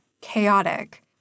chaotic